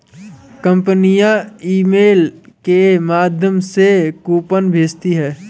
कंपनियां ईमेल के माध्यम से कूपन भेजती है